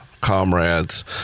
comrades